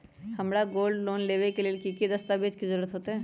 हमरा gold loan लेबे के लेल कि कि दस्ताबेज के जरूरत होयेत?